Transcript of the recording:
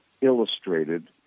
illustrated